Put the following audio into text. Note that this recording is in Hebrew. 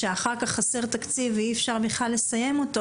שאחר כך חסר תקציב ואי אפשר בכלל לסיים אותו,